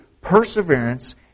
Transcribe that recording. perseverance